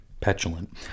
petulant